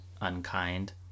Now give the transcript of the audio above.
unkind